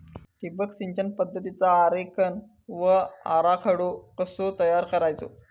ठिबक सिंचन पद्धतीचा आरेखन व आराखडो कसो तयार करायचो?